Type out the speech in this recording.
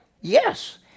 Yes